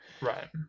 Right